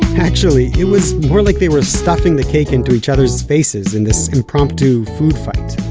actually, it was more like they were stuffing the cake into each others' faces in this impromptu food fight.